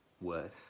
worse